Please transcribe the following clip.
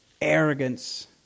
arrogance